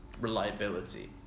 reliability